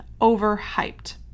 overhyped